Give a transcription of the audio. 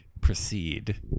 proceed